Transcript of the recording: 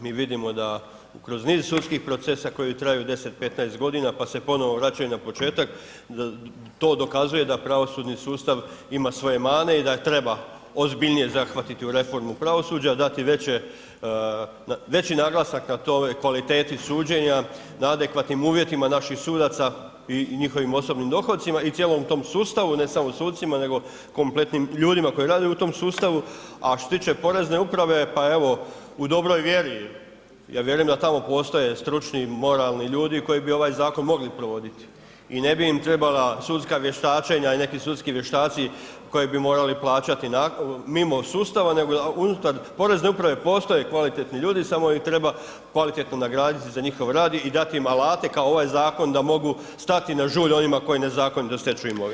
Mi vidimo da kroz niz sudskih procesa koji traju 10, 15 g. pa se ponovno vraćaju na početak, to dokazuje da pravosudni sustav ima svoje mane i da treba ozbiljnije zahvatiti u reformu pravosuđa, dati veći naglasak na toj kvaliteti suđenja, na adekvatnim uvjetima napih sudaca i njihovom osobnim dohodcima i cijelom tom sustavu, ne samo suscima nego kompletnim ljudima koji rade u tom sustavu a što se tiče porezne uprave, pa evo u dobroj vjeri, ja vjerujem da tamo postoje stručni, moralni ljudi koji bi ovaj zakon mogli provoditi i ne bi im trebala sudska vještačenja i neki sudski vještaci kojeg bi morali plaćati mimo sustava nego unutar porezne uprave postoje kvalitetni ljudi samo ih treba kvalitetno nagraditi za njihov rad i dat im alate kao ovaj zakon da mogu stati na žulj onima koji nezakonito stječu imovinu.